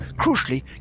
crucially